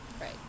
right